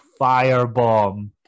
firebomb